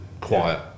quiet